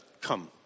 come